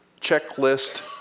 checklist